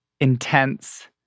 intense